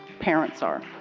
parents are.